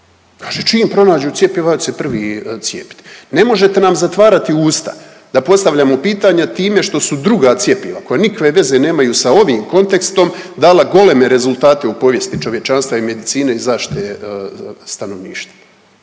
kaže čim pronađu cjepiva ja ću se prvi cijepiti. Ne možete nam zatvarati usta da postavljamo pitanja time što su druga cjepiva koja nikakve veze nemaju sa ovim kontekstom dala goleme rezultate u povijesti čovječanstva i medicine i zaštite stanovništva.